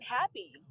happy